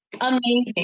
amazing